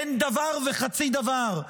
אין דבר וחצי דבר.